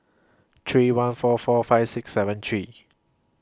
three one four four five six seven three